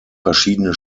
verschiedene